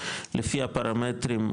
לפי הפרמטרים,